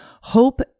hope